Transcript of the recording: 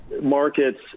markets